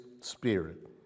spirit